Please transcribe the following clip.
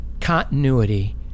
Continuity